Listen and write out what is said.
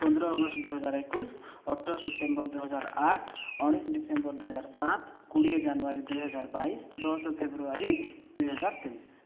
ପନ୍ଦର ଅଗଷ୍ଟ ଦୁଇହଜାର ଏକୋଇଶ ଅଠର ସେପ୍ଟେମ୍ବର ଦୁଇ ହଜାର ଆଠ ଉଣେଇଶ ଡିସେମ୍ବର ଦୁଇ ହଜାର ସାତ କୋଡ଼ିଏ ଜାନୁୟାରୀ ଦୁଇ ହଜାର ବାଇଶ ଦଶ ଫେବୃୟାରୀ ଦୁଇ ହଜାର ତେଇଶ